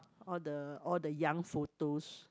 all the all the young photos